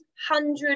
hundred